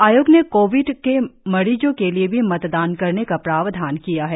आयोग ने कोविड के मरीजो के लिए भी मतदान करने का प्रावधान किया है